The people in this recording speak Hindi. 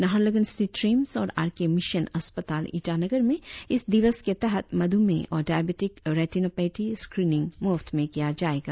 नाहरलगुन स्थित ट्रीम्स और आर के मिशन अस्पताल ईटानगर में इस दिवस के तहत मधुमेह और डाईबेटिक रेटिनॉपेथी स्क्रिनिंग मुफ्त में किया जाएगा